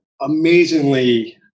amazingly